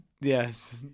yes